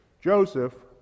Joseph